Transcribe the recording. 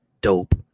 dope